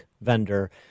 vendor